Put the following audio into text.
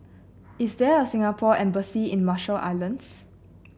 is there a Singapore Embassy in Marshall Islands